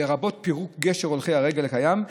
לרבות פירוק גשר הולכי הרגל הקיים,